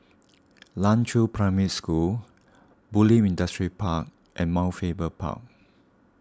Nan Chiau Primary School Bulim Industrial Park and Mount Faber Park